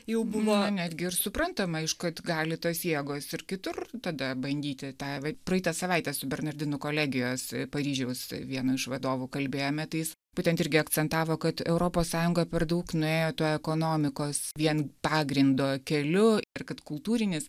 jau buvo netgi ir suprantama iškart gali tos jėgos ir kitur tada bandyti tą vat praeitą savaitę su bernardinų kolegijos paryžiaus vienu iš vadovų kalbėjome tai jis būtent irgi akcentavo kad europos sąjunga per daug nuėjo tuo ekonomikos vien pagrindo keliu ir kad kultūrinis